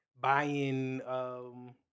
buying